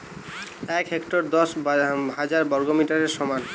এক হেক্টর দশ হাজার বর্গমিটারের সমান